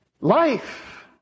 life